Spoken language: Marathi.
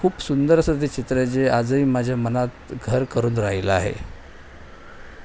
खूप सुंदर असं ते चित्र आहे जे आजही माझ्या मनात घर करून राहिलं आहे